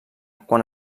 quan